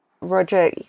Roger